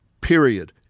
period